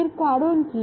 এর কারণ কি